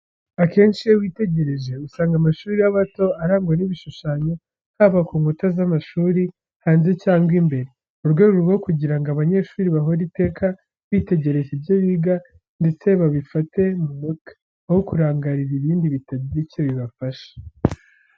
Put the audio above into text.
Akenshi, iyo witegereje, usanga amashuri y’abato arangwa n’ibishushanyo, haba ku nkuta z’amashuri hanze cyangwa imbere, mu rwego rwo kugira ngo abanyeshuri bahore iteka bitegereza ibyo biga ndetse babifate mu mutwe, aho kurangarira ibindi bitagira icyo bibafasha.